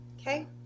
okay